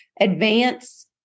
advance